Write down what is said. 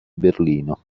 berlino